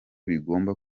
bigomba